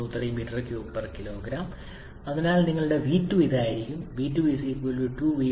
001003 m3 kg അതിനാൽ നിങ്ങളുടെ v2 ഇതായിരിക്കും v2 2 v1 0